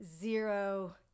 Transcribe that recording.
zero